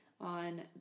on